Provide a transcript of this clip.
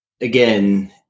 again